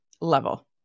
level